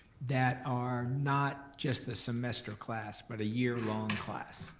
that are not just the semester class, but a year-long class.